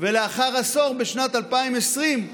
-- ולאחר עשור, בשנת 2020,